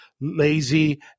lazy